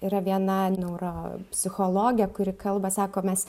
yra viena neuropsichologė kuri kalba sako mes